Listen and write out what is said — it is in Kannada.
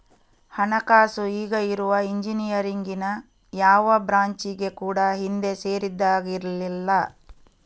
ಹಣಕಾಸು ಈಗ ಇರುವ ಇಂಜಿನಿಯರಿಂಗಿನ ಯಾವ ಬ್ರಾಂಚಿಗೆ ಕೂಡಾ ಹಿಂದೆ ಸೇರಿದ್ದಾಗಿರ್ಲಿಲ್ಲ